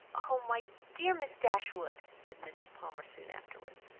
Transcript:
oh, my dear miss dashwood, said mrs. palmer soon afterwards,